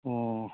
ꯑꯣ